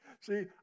See